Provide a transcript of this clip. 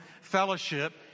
fellowship